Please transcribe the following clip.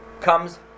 comes